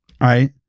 right